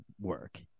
work